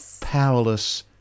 powerless